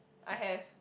I have